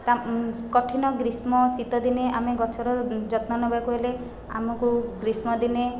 ତା'କୁ କଠିନ ଗ୍ରୀଷ୍ମ ଶୀତ ଦିନେ ଆମେ ଗଛ ର ଯତ୍ନ ନେବାକୁ ହେଲେ ଆମକୁ ଗ୍ରୀଷ୍ମ ଦିନେ